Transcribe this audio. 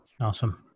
Awesome